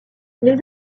les